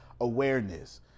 awareness